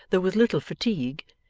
though with little fatigue,